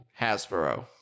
Hasbro